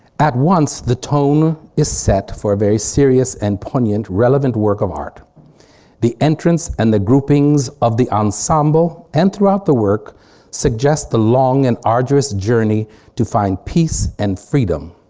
at once the tone is set for a very serious and poignant relevant work of art the entrance and the groupings of the ensemble and throughout the work suggests the long and arduous journey to find peace and freedom.